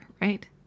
Right